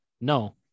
no